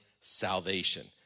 salvation